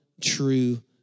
true